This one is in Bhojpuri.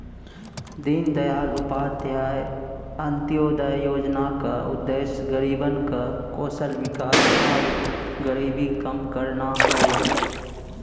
दीनदयाल उपाध्याय अंत्योदय योजना क उद्देश्य गरीबन क कौशल विकास आउर गरीबी कम करना हौ